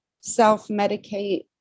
self-medicate